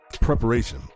preparation